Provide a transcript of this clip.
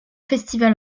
festival